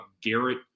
Garrett